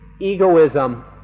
egoism